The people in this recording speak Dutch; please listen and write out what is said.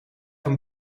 een